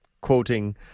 quoting